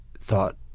thought